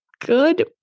Good